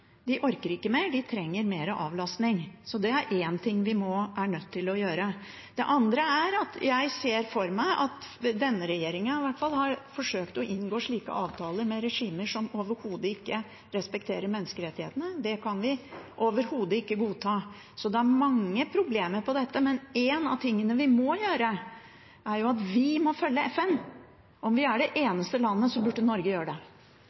De orker ikke mer, de trenger mer avlasting, så det er en ting vi er nødt til å gjøre. Det andre er at jeg ser for meg at denne regjeringen, i hvert fall, har forsøkt å inngå slike avtaler med regimer som overhodet ikke respekterer menneskerettighetene. Det kan vi overhodet ikke godta. Det er mange problemer med dette, men en av tingene vi må gjøre, er å følge FN. Om vi så er det eneste landet, burde Norge gjøre det.